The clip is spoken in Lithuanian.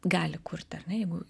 gali kurti ar ne jeigu